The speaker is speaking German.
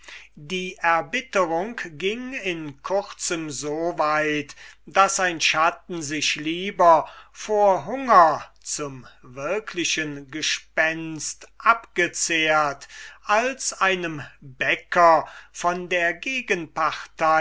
die verbitterung ging in kurzem so weit daß ein schatten sich lieber vor hunger zum wirklichen stygischen schatten abgezehrt als einem bäcker von der